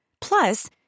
Plus